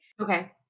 okay